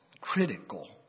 critical